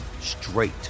straight